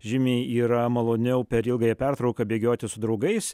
žymiai yra maloniau per ilgąją pertrauką bėgioti su draugais